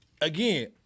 Again